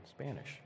Spanish